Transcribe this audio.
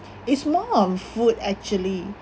it's more on food actually